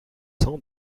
cents